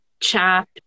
chat